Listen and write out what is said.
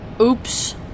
Oops